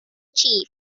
chief